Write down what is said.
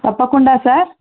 తప్పకుండా సార్